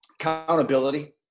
Accountability